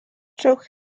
trowch